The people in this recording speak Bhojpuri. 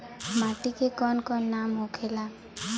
माटी के कौन कौन नाम होखे ला?